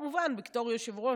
בתור יושב-ראש,